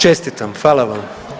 Čestitam, hvala vam.